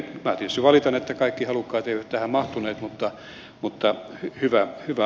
minä tietysti valitan että kaikki halukkaat eivät tähän mahtuneet mutta hyvä alku tässä on